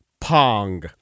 pong